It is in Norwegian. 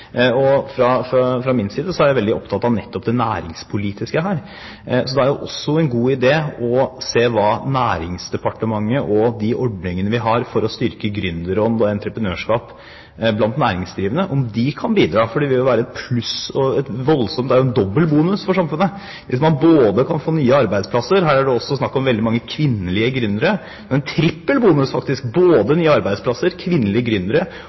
Fra min side er jeg opptatt av nettopp det næringspolitiske. Så det er også en god idé å se om Nærings- og handelsdepartementet og de ordningene vi har for å styrke gründerånd og entreprenørskap blant næringsdrivende, kan bidra. Det vil være et pluss og en dobbel bonus for samfunnet hvis man også kan få nye arbeidsplasser. Her er det også snakk om veldig mange kvinnelige gründere, så det vil faktisk være en trippel bonus – nye arbeidsplasser, kvinnelige